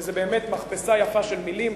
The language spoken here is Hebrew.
זאת באמת מכבסה יפה של מלים,